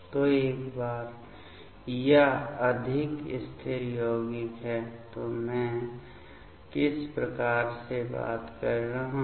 तो एक बार यह अधिक स्थिर यौगिक है तो मैं किस बारे में बात कर रहा हूँ